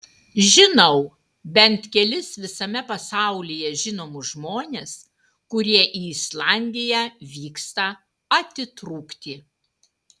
žinau bent kelis visame pasaulyje žinomus žmones kurie į islandiją vyksta atitrūkti